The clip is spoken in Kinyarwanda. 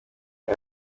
nka